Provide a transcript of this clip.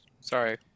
Sorry